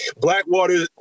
Blackwater